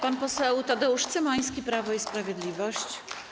Pan poseł Tadeusz Cymański, Prawo i Sprawiedliwość.